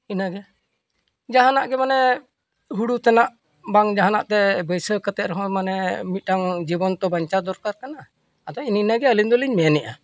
ᱤᱱᱟᱹᱜᱮ ᱡᱟᱦᱟᱱᱟᱜ ᱜᱮ ᱢᱟᱱᱮ ᱦᱳᱲᱳ ᱛᱟᱱᱟᱜ ᱵᱟᱝ ᱡᱟᱦᱟᱱᱟᱜ ᱛᱮ ᱵᱟᱹᱭᱥᱟᱹᱣ ᱠᱟᱛᱮᱫ ᱨᱮᱦᱚᱸ ᱢᱟᱱᱮ ᱢᱤᱫᱴᱟᱝ ᱡᱤᱵᱚᱱ ᱛᱚ ᱵᱟᱧᱪᱟᱣ ᱫᱚᱨᱠᱟᱨ ᱠᱟᱱᱟ ᱟᱫᱚ ᱮᱱᱮ ᱤᱱᱟᱹᱜᱮ ᱟᱹᱞᱤᱧ ᱫᱚᱞᱤᱧ ᱢᱮᱱᱮᱫᱼᱟ